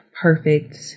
perfect